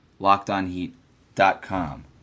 LockedOnHeat.com